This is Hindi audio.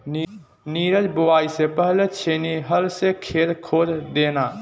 नीरज बुवाई से पहले छेनी हल से खेत खोद देना